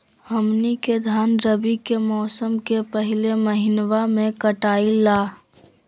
हमनी के धान रवि के मौसम के पहले महिनवा में कटाई ला